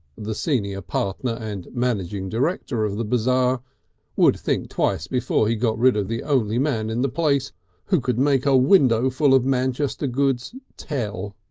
the senior partner and managing director of the bazaar would think twice before he got rid of the only man in the place who could make a windowful of manchester goods tell.